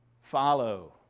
follow